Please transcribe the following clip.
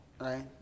Right